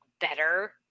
better